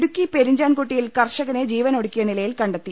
ഇടുക്കി പെരിഞ്ചാൻകുട്ടിയിൽ കർഷകനെ ജീവനൊടുക്കിയ നിലയിൽ കണ്ടെത്തി